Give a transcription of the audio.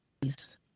please